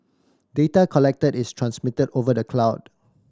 data collected is transmitted over the cloud